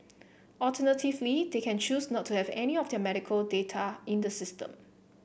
alternatively they can choose not to have any of their medical data in the system